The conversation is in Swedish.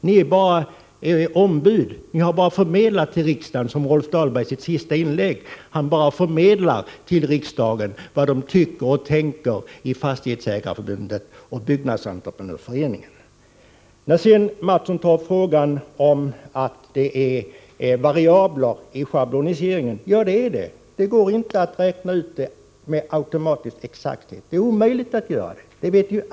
Ni är bara ombud. Ni har bara förmedlat till riksdagen vad andra har sagt. I sitt senaste inlägg bara förmedlade Rolf Dahlberg vad man tycker och tänker i Fastighetsägareförbundet och Byggnadsentreprenörföreningen. Kjell Mattsson sade att det finns variabler i schabloniseringen. Ja, det är riktigt. Det är omöjligt att räkna ut detta med automatisk exakthet.